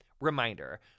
Reminder